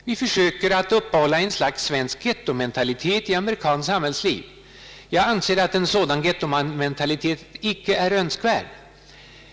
Vi försöker upprätthålla ett slags svensk gettomentalitet i amerikanskt samhällsliv. Jag anser att en sådan gettomentalitet icke är önskvärd.